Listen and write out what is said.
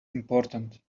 important